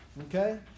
Okay